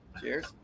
Cheers